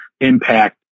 impact